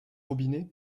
robinet